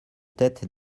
tête